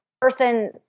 person